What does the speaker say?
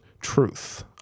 truth